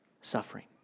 suffering